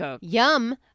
yum